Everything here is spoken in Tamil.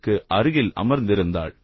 க்கு அருகில் அமர்ந்திருந்தாள்